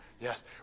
Yes